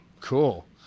cool